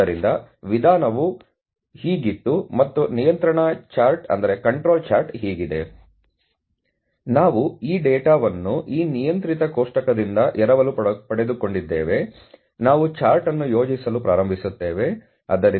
ಆದ್ದರಿಂದ ವಿಧಾನವು ಹೀಗಿತ್ತು ಮತ್ತು ನಿಯಂತ್ರಣ ಚಾರ್ಟ್ ಹೀಗಿದೆ ಆದ್ದರಿಂದ ನಾವು ಈ ಡೇಟಾವನ್ನು ಈ ನಿಯಂತ್ರಿತ ಕೋಷ್ಟಕದಿಂದ ಎರವಲು ಪಡೆದುಕೊಂಡಿದ್ದೇವೆ ನಾವು ಚಾರ್ಟ್ ಅನ್ನು ಯೋಜಿಸಲು ಪ್ರಾರಂಭಿಸುತ್ತೇವೆ ಆದ್ದರಿಂದ 0